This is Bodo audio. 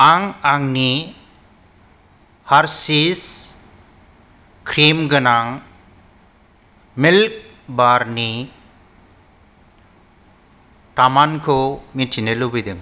आं आंनि हारशिस क्रिम गोनां मिल्क बारनि थामानखौ मिथिनो लुबैदों